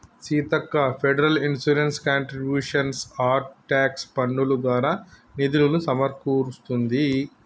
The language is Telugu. Seethakka federal insurance contributions act tax పన్నులు దారా నిధులులు సమకూరుస్తుంది